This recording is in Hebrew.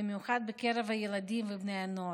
במיוחד בקרב הילדים ובני הנוער.